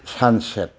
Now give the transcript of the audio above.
sunset